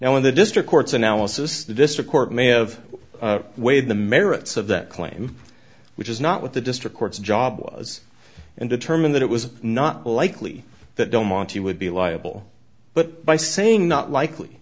in the district courts analysis the district court may have weighed the merits of that claim which is not what the district court's job was and determine that it was not likely that don't want you would be liable but by saying not likely